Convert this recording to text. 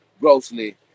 grossly